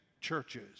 churches